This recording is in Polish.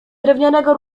drewnianego